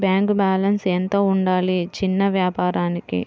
Bank balance ఎంత ఉండాలి చిన్న వ్యాపారానికి?